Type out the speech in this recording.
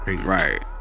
right